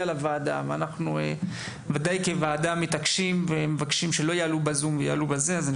לוועדה ואנחנו כוועדה מתעקשים ומבקשים שלא יעלו בזום אז אני